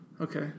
Okay